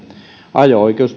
ajo oikeus